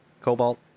cobalt